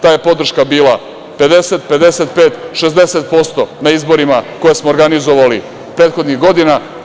Ta je podršaka bila 50, 55, 60% na izborima koje smo organizovali prethodnih godina.